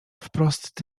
wprost